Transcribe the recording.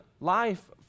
life